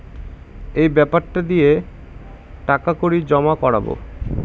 এই বেপারটা দিয়ে টাকা কড়ি জমা করাবো